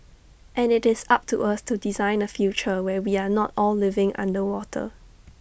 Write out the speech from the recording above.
and IT is up to us to design A future where we are not all living underwater